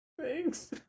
thanks